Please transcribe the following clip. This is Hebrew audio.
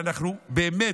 ובאמת,